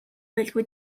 байлгүй